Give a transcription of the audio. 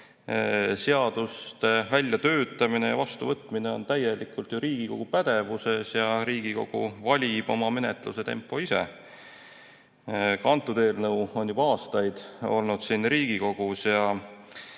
Seaduste väljatöötamine ja vastuvõtmine on ju täielikult Riigikogu pädevuses ja Riigikogu valib oma menetluse tempo ise. Ka kõnealune eelnõu on juba aastaid olnud siin Riigikogus ja